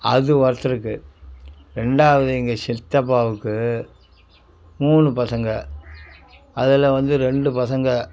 அது ஒருத்தருக்கு ரெண்டாவது எங்கள் சித்தப்பாவுக்கு மூணு பசங்கள் அதில் வந்து ரெண்டு பசங்கள்